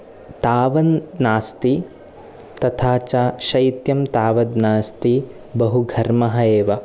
तावन्नास्ति तथा च शैत्यं तावद् नास्ति बहुघर्मः एव